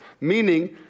meaning